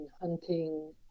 hunting